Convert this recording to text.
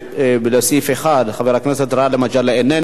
לסעיף 1, חבר הכנסת גאלב מג'אדלה, איננו.